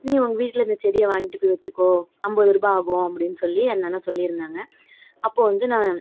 நீ உங்கள் வீட்டில் இந்த செடியைப் வாங்கிட்டு போய் வச்சுக்கோ ஐம்பது ரூபாய் ஆகும் அப்படினு சொல்லி அந்த அண்ணா சொல்லியிருந்தாங்க அப்போ வந்து நான்